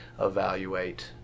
evaluate